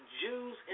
Jews